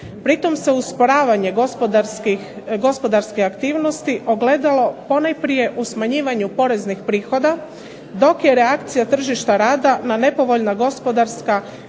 Pri tom se usporavanje gospodarske aktivnosti ogledalo ponajprije u smanjivanju poreznih prihoda, dok je reakcija tržišta rada na nepovoljna gospodarska